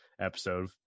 episode